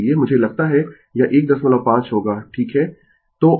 इसलिए मुझे लगता है यह 15 होगा ठीक है